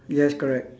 yes correct